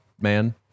Man